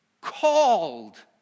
called